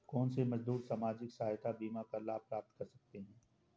कौनसे मजदूर सामाजिक सहायता बीमा का लाभ प्राप्त कर सकते हैं?